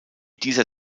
dieser